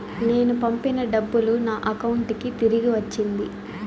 నేను పంపిన డబ్బులు నా అకౌంటు కి తిరిగి వచ్చింది